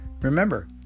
Remember